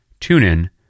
TuneIn